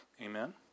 Amen